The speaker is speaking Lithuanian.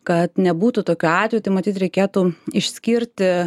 kad nebūtų tokiu atvejų tai matyt reikėtų išskirti